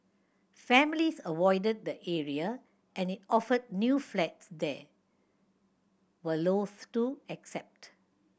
families avoided the area and it offered new flats there were loathe to accept